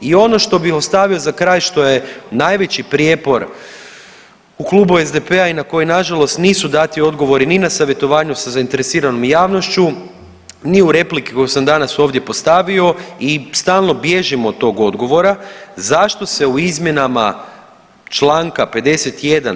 I ono što bih ostavio za kraj što je najveći prijepor u klubu SDP-a i na koji na žalost nisu dati odgovori ni na savjetovanju sa zainteresiranom javnošću ni u replici koju sam danas ovdje postavio i stalno bježimo od tog odgovora zašto se u izmjenama članka 51.